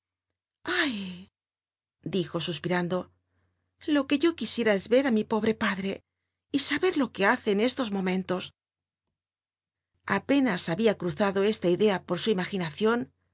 dijo suspirando lo que yo luisiera es cr ú mi pobre padt e y saber lo que hace en estos momentos apénas había cruzado esta idea por u imaginacion